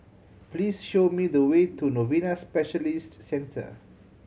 please show me the way to Novena Specialist Centre